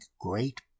great